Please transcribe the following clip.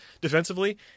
defensively